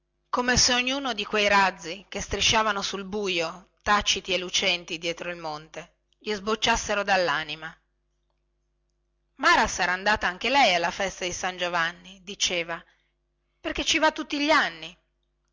come se ognuno di quei razzi che strisciavano sul bujo taciti e lucenti dietro il monte gli sbocciassero dallanima mara sarà andata anche lei alla festa di san giovanni diceva perchè ci va tutti gli anni